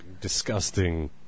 disgusting